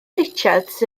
richards